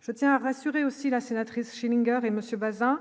je tiens à rassurer aussi la sénatrice Schillinger et monsieur Baeza